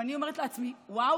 ואני אומרת: וואו,